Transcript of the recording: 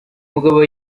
mugabo